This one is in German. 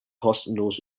kostenlos